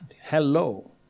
Hello